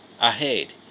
ahead